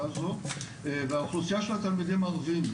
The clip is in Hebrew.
הזו והאוכלוסייה של התלמידים הערביים,